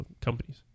companies